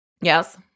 Yes